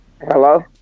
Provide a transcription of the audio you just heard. Hello